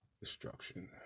Destruction